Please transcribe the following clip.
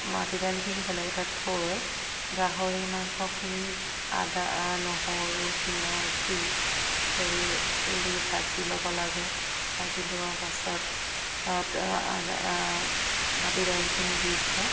মাটি দাইলখিনি বেলেগ এটাত থৈ গাহৰি মাংসখিনি আদা নহৰু পিয়াঁজ দি তেল দি ভাজি ল'ব লাগে ভাজি লোৱাৰ পাছত মাটি দাইলখিনি দি দিলে